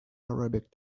arabic